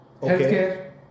healthcare